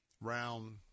round